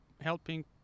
helping